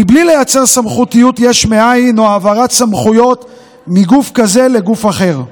בלי לייצר סמכותיות יש מאין או העברת סמכויות מגוף כזה לגוף אחר.